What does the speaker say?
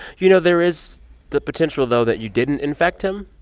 you know, there is the potential, though, that you didn't infect him.